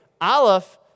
Aleph